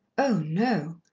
oh, no!